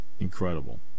Incredible